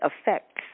effects